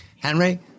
Henry